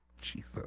Jesus